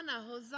Hosanna